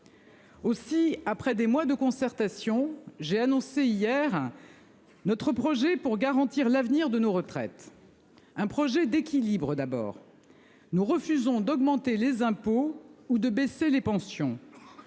Aussi, après des mois de concertation. J'ai annoncé hier. Notre projet pour garantir l'avenir de nos retraites. Un projet d'équilibre d'abord. Nous refusons d'augmenter les impôts ou de baisser les pensions.